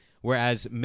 Whereas